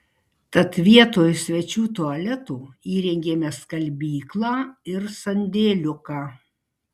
tad vietoj svečių tualeto įrengėme skalbyklą ir sandėliuką